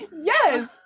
yes